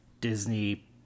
disney